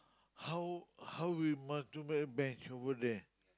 how how we must too many banks over there